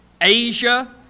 Asia